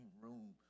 room